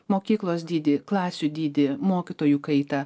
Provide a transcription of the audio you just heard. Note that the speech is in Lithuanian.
mokyklos dydį klasių dydį mokytojų kaitą